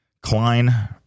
Klein